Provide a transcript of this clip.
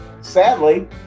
Sadly